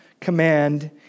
command